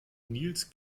nils